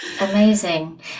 Amazing